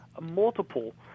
multiple